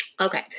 Okay